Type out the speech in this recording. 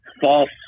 false